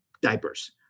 diapers